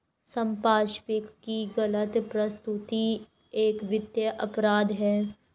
संपार्श्विक की गलत प्रस्तुति एक वित्तीय अपराध है